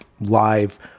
live